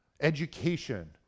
Education